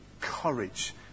courage